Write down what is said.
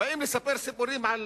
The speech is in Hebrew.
באים לספר סיפורים על